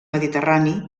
mediterrani